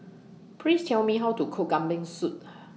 Please Tell Me How to Cook Kambing Soup